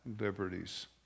liberties